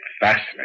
Fascinating